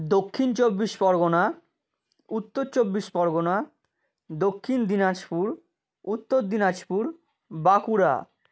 Dakshin Chabbish Pargana Uttar Chabbish Pargana Dakshin Dinajpur Uttar Dinajpur Bankura